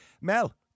Mel